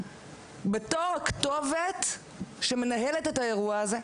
בתור הכתובת שמנהלת את האירוע הזה,